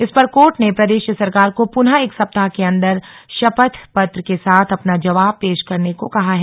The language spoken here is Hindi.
इस पर कोर्ट ने प्रदेश सरकार को पुनः एक सप्ताह के अन्दर शपथ पत्र के साथ अपना जवाब पेश करने को कहा है